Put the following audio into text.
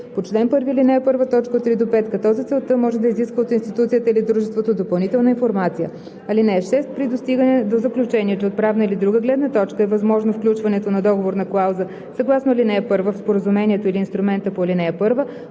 ал. 1, т. 3 – 5, като за целта може да изисква от институцията или дружеството допълнителна информация. (6) При достигане до заключение, че от правна или друга гледна точка е възможно включването на договорна клауза съгласно ал. 1 в споразумението или инструмента по ал. 1,